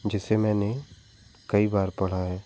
जिसे मैंने कई बार पढ़ा है